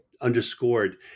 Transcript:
underscored